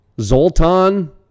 Zoltan